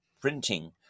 printing